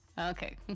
Okay